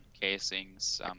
casings